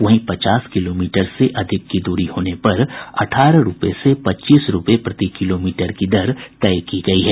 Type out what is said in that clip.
वहीं पचास किलोमीटर से अधिक की दूरी होने पर अठारह रूपये से पच्चीस रूपये प्रति किलो मीटर की दर तय की गयी है